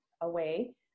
away